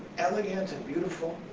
elegant and beautiful,